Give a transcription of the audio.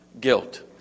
guilt